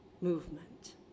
movement